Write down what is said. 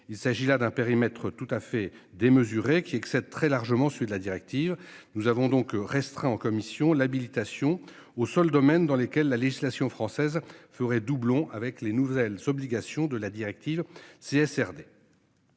Il s'agit là d'un périmètre tout à fait démesurées qui excède très largement celui de la directive, nous avons donc restreint en commission l'habilitation au seuls domaines dans lesquels la législation française ferait doublon avec les nouvelles s'obligations de la directive c'est